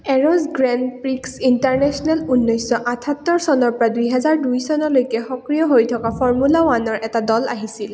arose grand prix international ঊনৈশ আঠাসত্তৰ চনৰপৰা দুহেজাৰ চনলৈকে সক্ৰিয় হৈ থকা ফৰ্মুলা ৱানৰ এটা দল আহিছিল